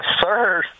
sir